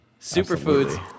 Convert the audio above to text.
superfoods